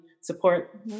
support